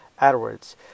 AdWords